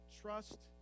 trust